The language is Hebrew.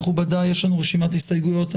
מכובדיי, יש לנו רשימת הסתייגויות.